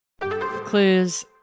Clues